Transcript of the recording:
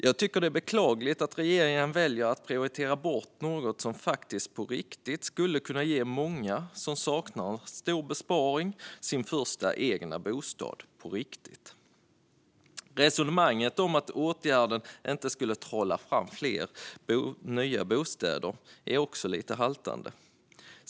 Jag tycker att det är beklagligt att regeringen väljer att prioritera ned något som på riktigt skulle kunna ge många som saknar en stor besparing sin första egna bostad. Resonemanget om att åtgärden inte skulle trolla fram fler nya bostäder är också lite haltande.